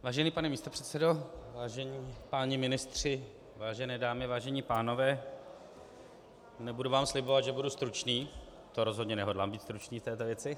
Vážený pane místopředsedo, vážení páni ministři, vážené dámy, vážení pánové, nebudu vám slibovat, že budu stručný, to rozhodně nehodlám být stručný v této věci.